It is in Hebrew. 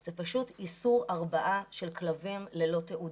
זה פשוט איסור הרבעה של כלבים ללא תעודות.